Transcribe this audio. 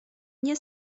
nie